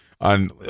on